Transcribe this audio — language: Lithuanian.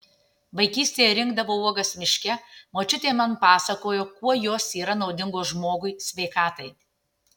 vaikystėje rinkdavau uogas miške močiutė man pasakojo kuo jos yra naudingos žmogui sveikatai